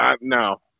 No